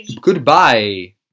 Goodbye